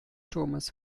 turmes